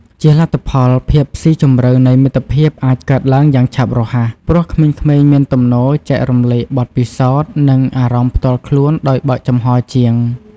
ជាលទ្ធផល ភាពស៊ីជម្រៅនៃមិត្តភាពអាចកើតឡើងយ៉ាងឆាប់រហ័ស ព្រោះក្មេងៗមានទំនោរចែករំលែកបទពិសោធន៍ និងអារម្មណ៍ផ្ទាល់ខ្លួនដោយបើកចំហរជាង។